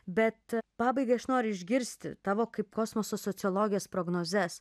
bet pabaigai aš noriu išgirsti tavo kaip kosmoso sociologės prognozes